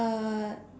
uh